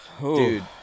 Dude